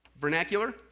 vernacular